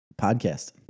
Podcast